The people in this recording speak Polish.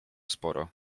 sporo